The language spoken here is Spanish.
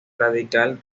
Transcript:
radical